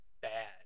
bad